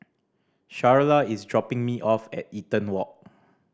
Charla is dropping me off at Eaton Walk